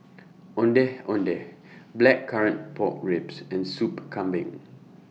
Ondeh Ondeh Blackcurrant Pork Ribs and Soup Kambing